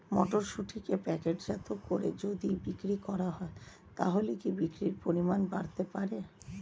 মটরশুটিকে প্যাকেটজাত করে যদি বিক্রি করা হয় তাহলে কি বিক্রি পরিমাণ বাড়তে পারে?